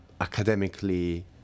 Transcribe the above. academically